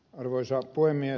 arvoisa puhemies